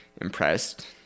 impressed